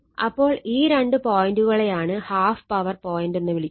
അപ്പോൾ ഈ രണ്ട് പോയന്റുകളെയാണ് ഹാഫ് പവർ പോയിന്റ് എന്ന് വിളിക്കുന്നത്